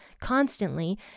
constantly